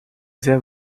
sehr